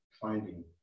finding